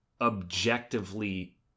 objectively